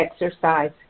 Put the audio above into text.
exercise